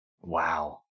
Wow